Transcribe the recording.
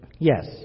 Yes